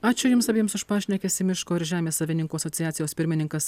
ačiū jums abiems už pašnekesį miško ir žemės savininkų asociacijos pirmininkas